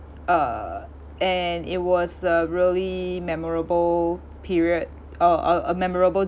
uh and it was a really memorable period or uh a memorable